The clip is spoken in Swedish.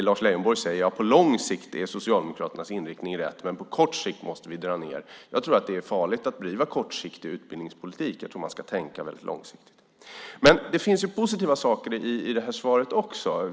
Lars Leijonborg säger att på lång sikt är Socialdemokraternas inriktning rätt, men på kort sikt måste vi dra ned. Jag tror att det är farligt att bedriva kortsiktig utbildningspolitik. Jag tror att man ska tänka väldigt långsiktigt. Men det finns positiva saker i det här svaret också.